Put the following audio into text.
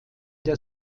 der